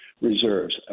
reserves